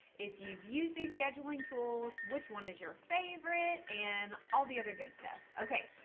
if you've used the scheduling tools, which one is your favorite and all the other good stuff. okay,